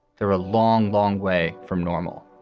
there are long, long way from normal.